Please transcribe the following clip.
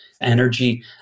energy